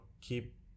keep